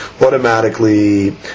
automatically